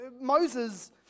Moses